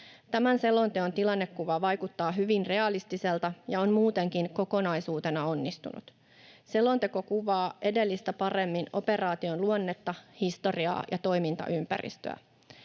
Tämän selonteon tilannekuva vaikuttaa hyvin realistiselta ja on muutenkin kokonaisuutena onnistunut. Selonteko kuvaa edellistä paremmin operaation luonnetta, historiaa ja toimintaympäristöä.